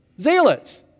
Zealots